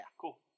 Cool